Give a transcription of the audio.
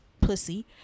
Pussy